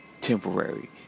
temporary